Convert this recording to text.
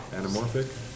Anamorphic